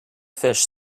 fish